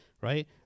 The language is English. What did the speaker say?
right